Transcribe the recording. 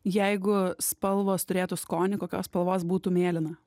jeigu spalvos turėtų skonį kokios spalvos būtų mėlyna